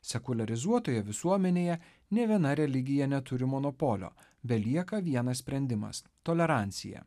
sekuliarizuotoje visuomenėje nė viena religija neturi monopolio belieka vienas sprendimas tolerancija